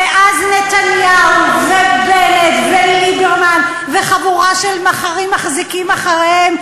ואז נתניהו ובנט וליברמן וחבורה של מחרים מחזיקים אחריהם,